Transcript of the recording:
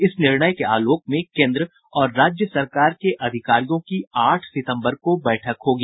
इस निर्णय के आलोक में केन्द्र और राज्य सरकार के अधिकारियों की आठ सितम्बर को बैठक होगी